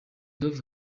dove